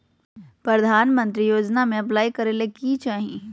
प्रधानमंत्री योजना में अप्लाई करें ले की चाही?